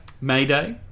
Mayday